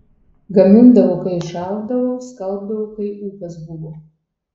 gamindavau kai išalkdavau skalbdavau kai ūpas buvo